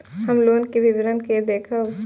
हम लोन के विवरण के देखब?